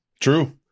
True